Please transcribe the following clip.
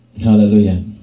Hallelujah